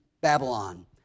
Babylon